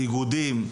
איגודים,